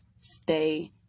stay